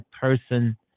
person